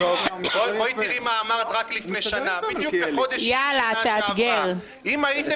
בואי תראי מה אמרת רק לפני שנה: "אם הייתם